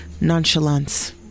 nonchalance